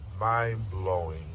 mind-blowing